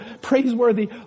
praiseworthy